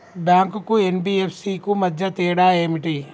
Bank కు NBFC కు మధ్య తేడా ఏమిటి?